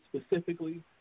specifically